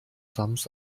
sams